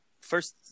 First